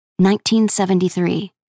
1973